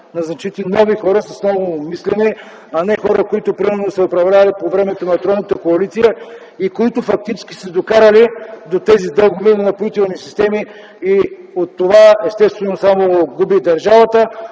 назначите нови хора с ново мислене, а не хора, които, примерно, са управлявали по времето на тройната коалиция и които, фактически, са докарали до тези дългове на „Напоителни системи” и от това, естествено, губи само държавата,